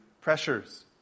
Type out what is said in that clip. pressures